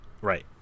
Right